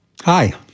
Hi